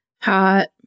Hot